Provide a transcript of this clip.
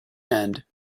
end